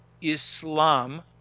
Islam